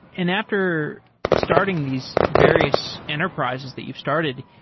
and after starting these various enterprises that you've started,